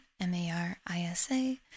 M-A-R-I-S-A